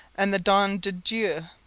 and the don de dieu.